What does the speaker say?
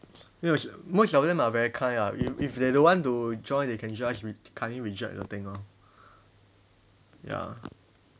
no as in most of them are very kind ah if if they don't want to join they can just re~ kindly reject the thing lor ya